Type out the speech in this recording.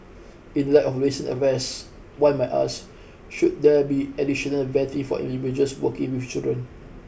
in light of recent arrest one might ask should there be additional vetted for individuals with children